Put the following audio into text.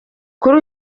kuri